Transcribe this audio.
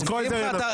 אבל אתם לא מאותה סיעה.